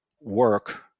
work